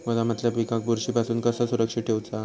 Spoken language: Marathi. गोदामातल्या पिकाक बुरशी पासून कसा सुरक्षित ठेऊचा?